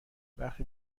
وقتی